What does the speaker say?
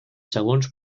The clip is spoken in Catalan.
segons